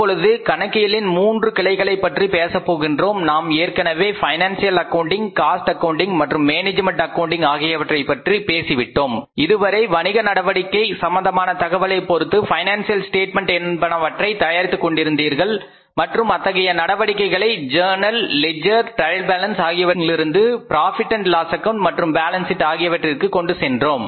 இப்போது கணக்கியலின் மூன்று கிளைகளை பற்றி பேசப் போகின்றோம் நாம் ஏற்கனவே பைனான்சியல் அக்கவுண்டிங் காஸ்ட் அக்கவுன்டிங் மற்றும் மேனேஜ்மென்ட் அக்கவுண்டிங் ஆகியவற்றைப் பற்றி பேசிவிட்டோம் இதுவரை வணிக நடவடிக்கை சம்மந்தமான தகவலை பொருத்து பைனான்சியல் ஸ்டேட்மென்ட்ஸ் என்பனவற்றை தயாரித்துக் கொண்டிருந்தீர்கள் மற்றும் அத்தகைய நடவடிக்கைகளை ஜர்னல் லெட்ஜெர் ட்ரையல் பேலன்ஸ் ஆகியவற்றிலிருந்து புரோஃபிட் அண்ட் லாஸ் ஆக்கவுண்ட் மற்றும் பேலன்ஸ் ஷீட் ஆகியவற்றிற்கு கொண்டு சென்றோம்